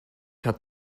hat